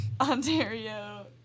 Ontario